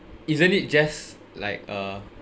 isn't it just like uh